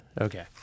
Okay